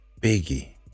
Biggie